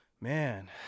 man